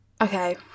Okay